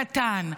קטן,